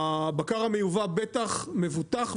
הבקר המיובא בטח מבוטח,